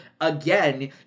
again